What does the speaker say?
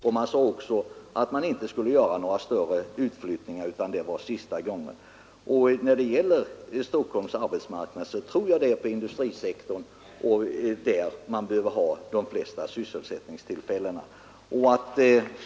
Utskottet sade också att det inte skulle bli några större utflyttningar utan att detta var sista gången. När det gäller Stockholms arbetsmarknad tror jag att det är på industrisektorn man behöver ha de flesta sysselsättningstillfällena.